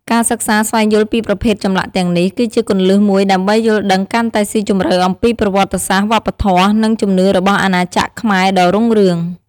ការសិក្សាស្វែងយល់ពីប្រភេទចម្លាក់ទាំងនេះ គឺជាគន្លឹះមួយដើម្បីយល់ដឹងកាន់តែស៊ីជម្រៅអំពីប្រវត្តិសាស្ត្រ វប្បធម៌ និងជំនឿរបស់អាណាចក្រខ្មែរដ៏រុងរឿង។